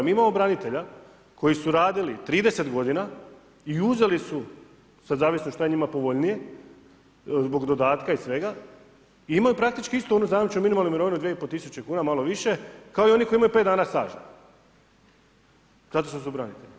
Mi imamo branitelja koji su radili 30 g. i uzeli su sad zavisi šta je njima povoljnije zbog dodatka i svega, imaju praktički istu onu zajamčenu minimalnu mirovinu 2500 kuna, malo više kao i oni koji imaju 5 dana staža zato što su branitelji.